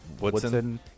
Woodson